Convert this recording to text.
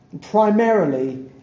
primarily